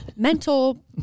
Mental